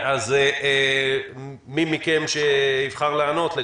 מי מכם שיבחר לענות.